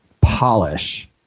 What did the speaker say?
polish